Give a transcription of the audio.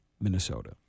Minnesota